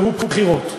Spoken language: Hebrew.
והוא בחירות.